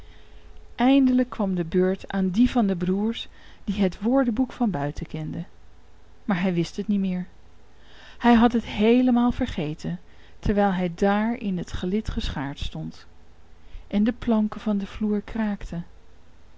eindelijk kwam de beurt aan dien van de broeders die het woordenboek van buiten kende maar hij wist het niet meer hij had het heelemaal vergeten terwijl hij daar in het gelid geschaard stond en de planken van den vloer kraakten